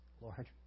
Lord